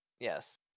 Yes